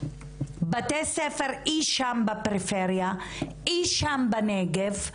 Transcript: בתי ספר אי שם בפריפריה, אי שם בנגב,